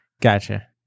Gotcha